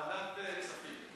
ועדת כספים.